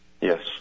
Yes